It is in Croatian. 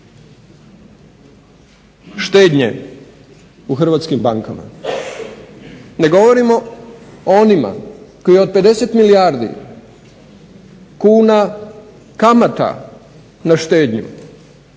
štednje u hrvatskim bankama. Ne govorimo o onima koji od 50 milijardi kuna kamata na štednju.